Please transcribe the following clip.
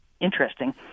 interesting